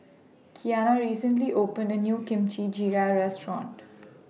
Keanna recently opened A New Kimchi Jjigae Restaurant